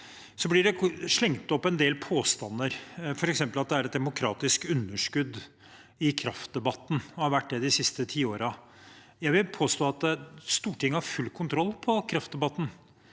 Så blir det slengt opp en del påstander, f.eks. at det er et demokratisk underskudd i kraftdebatten, og at det har vært det de siste tiårene. Jeg vil påstå at Stortinget har full kontroll på kraftdebatten.